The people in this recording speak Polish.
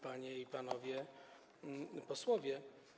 Panie i Panowie Posłowie!